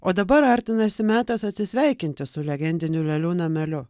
o dabar artinasi metas atsisveikinti su legendiniu lėlių nameliu